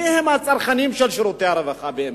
מיהם הצרכנים של שירותי הרווחה באמת,